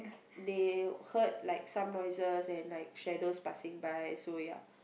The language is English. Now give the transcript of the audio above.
they heard like some noises and like shadows passing by so ya